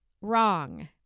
wrong